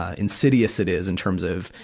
ah insidious it is, in terms of,